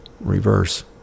reverse